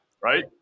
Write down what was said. Right